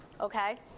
Okay